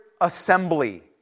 assembly